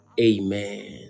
amen